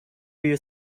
you